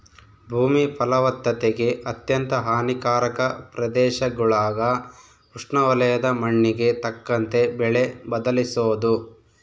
ಭೂಮಿ ಫಲವತ್ತತೆಗೆ ಅತ್ಯಂತ ಹಾನಿಕಾರಕ ಪ್ರದೇಶಗುಳಾಗ ಉಷ್ಣವಲಯದ ಮಣ್ಣಿಗೆ ತಕ್ಕಂತೆ ಬೆಳೆ ಬದಲಿಸೋದು